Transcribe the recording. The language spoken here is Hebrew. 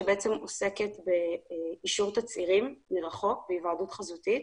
שעוסקת באישור תצהירים מרחוק, בהיוועדות חזותית.